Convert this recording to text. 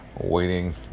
waiting